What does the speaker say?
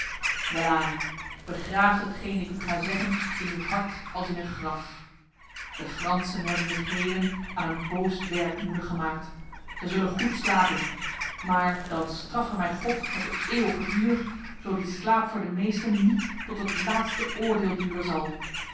welaan begraaft hetgeen ik u ga zeggen in uw hart als in een graf de fransen hebben zich heden aan een boos werk moede gemaakt zij zullen goed slapen maar dan straffe mij god met het eeuwige vuur zo die slaap voor de meesten niet tot het laatste oordeel duren zal